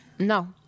No